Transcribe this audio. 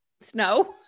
Snow